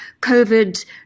COVID